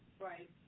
Right